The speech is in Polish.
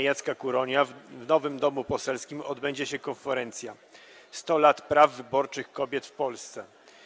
Jacka Kuronia w Nowym Domu Poselskim odbędzie się konferencja „100 lat praw wyborczych kobiet w Polsce.